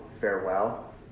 farewell